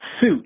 suit